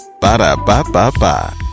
Ba-da-ba-ba-ba